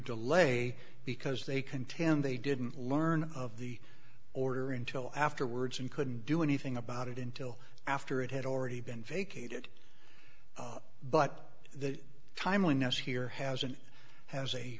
delay because they contend they didn't learn of the order until afterwards and couldn't do anything about it until after it had already been vacated but the timeliness here hasn't has a